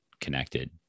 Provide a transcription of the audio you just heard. connected